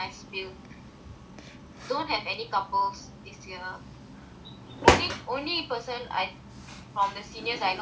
don't have any couples this year only only person I from the seniors I know attached is sara